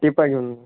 पिपा घेऊन